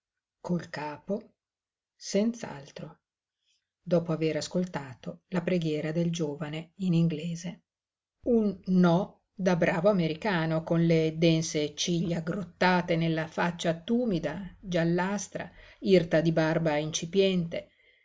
col capo senz'altro dopo aver ascoltato la preghiera del giovane in inglese un no da bravo americano con le dense ciglia aggrottate nella faccia tumida giallastra irta di barba incipiente